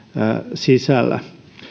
sisällä